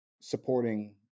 supporting